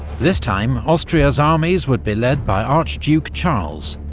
this time, austria's armies would be led by archduke charles,